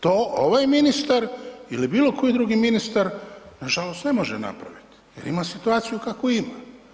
To ovaj ministar ili bilo koji drugi ministar nažalost ne može napraviti jer ima situaciju kakvu ima.